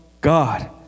God